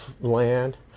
land